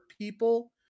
people